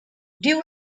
due